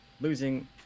losing